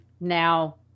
now